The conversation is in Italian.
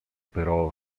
però